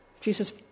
Jesus